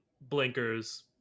blinkers